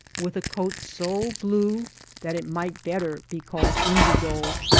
with a coat so blue that it might better be called indigo.